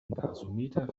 gasometer